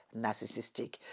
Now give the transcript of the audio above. narcissistic